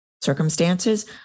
Circumstances